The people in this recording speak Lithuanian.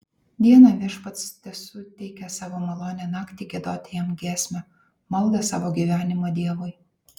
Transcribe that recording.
dieną viešpats tesuteikia savo malonę naktį giedoti jam giesmę maldą savo gyvenimo dievui